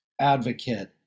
advocate